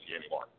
anymore